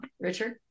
Richard